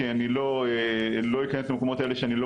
כי אני לא אכנס למקומות האלה שאני לא